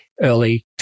early